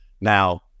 now